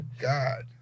god